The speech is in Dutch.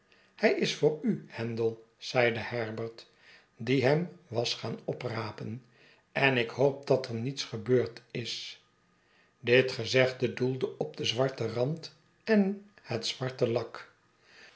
htj is voor u handel zeide herbert die hem was gaan oprapen en ik hoop dat er niets gebeurd is dit gezegde doelde op den zwarten rand en het zwarte lak